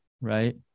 Right